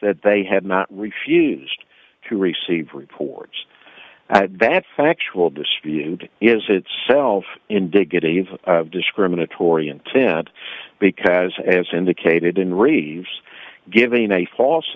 that they had not refused to receive reports that factual dispute is itself indicative of discriminatory intent because as indicated in reeves giving a false